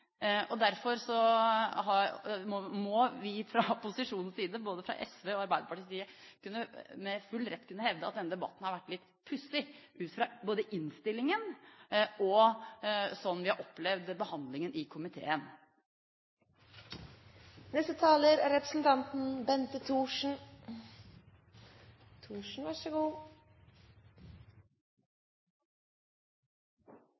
Derfor må vi fra opposisjonens side, både fra SV og Arbeiderpartiet, med full rett kunne hevde at denne debatten har vært litt pussig, ut fra både innstillingen og slik vi har opplevd behandlingen i komiteen. Jeg kunne bare ikke dy meg, men måtte benytte sjansen til å si noen ord til. Så